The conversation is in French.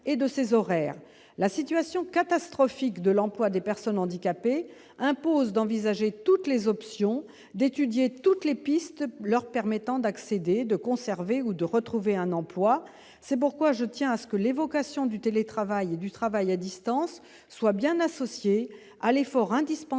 et de ses horaires, la situation catastrophique de l'emploi des personnes handicapées impose d'envisager toutes les options d'étudier toutes les pistes, leur permettant d'accéder de conserver ou de retrouver un emploi, c'est pourquoi je tiens à ce que l'évocation du télétravail, du travail à distance soit bien associer à l'effort indispensable